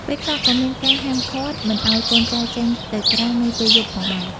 ពេលខ្លះ ក៏មានការហាមឃាត់មិនឱ្យកូនចៅចេញទៅក្រៅនៅពេលយប់ផងដែរ។